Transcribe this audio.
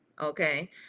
okay